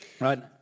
right